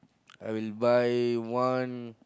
I'll buy one